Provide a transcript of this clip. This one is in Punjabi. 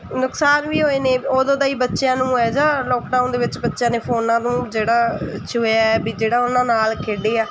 ਨੁਕਸਾਨ ਵੀ ਹੋਏ ਨੇ ਉਦੋਂ ਦਾ ਹੀ ਬੱਚਿਆਂ ਨੂੰ ਇਹ ਜਿਹਾ ਲੋਕਡਾਊਨ ਦੇ ਵਿੱਚ ਬੱਚਿਆਂ ਨੇ ਫੋਨਾਂ ਤੋਂ ਜਿਹੜਾ ਛੂਹਿਆ ਵੀ ਜਿਹੜਾ ਉਹਨਾਂ ਨਾਲ ਖੇਡੇ ਆ